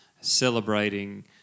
celebrating